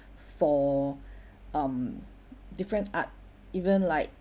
for for um different art even like